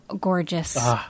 gorgeous